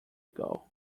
ago